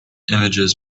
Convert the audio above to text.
images